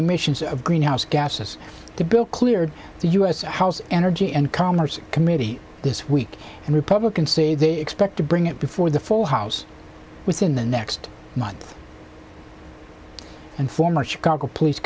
emissions of greenhouse gases the bill cleared the u s house energy and commerce committee this week and republicans say they expect to bring it before the full house within the next month and former chicago police